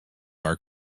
our